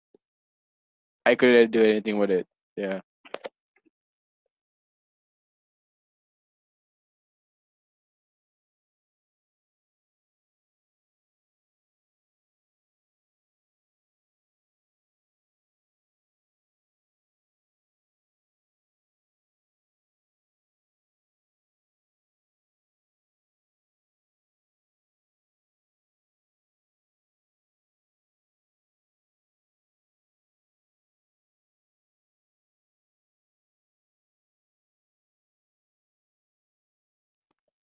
I couldn't do anything about it yeah